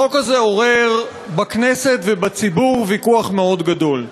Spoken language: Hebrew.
החוק הזה עורר בכנסת ובציבור ויכוח גדול מאוד,